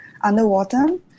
underwater